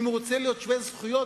ואם הוא רוצה להיות שווה זכויות,